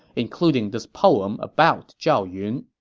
including this poem about zhao yun